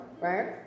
Right